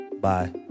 Bye